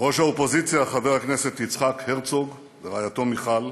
ראש האופוזיציה חבר הכנסת יצחק הרצוג ורעייתו מיכל,